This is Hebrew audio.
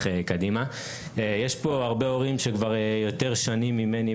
יש את ההתאחדות המקבילה